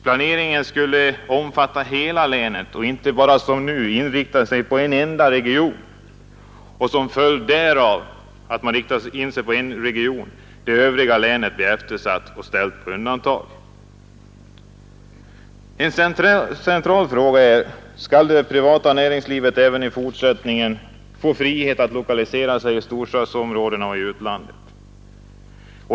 Planeringen skall omfatta hela länet och inte som nu bara inrikta sig på en enda region. Vid en ensidig inriktning på en region blir ju övriga delar av länet satta på undantag. En central fråga är: Skall det privata näringslivet även i fortsättningen få frihet att lokalisera sig i storstadsområdena och i utlandet?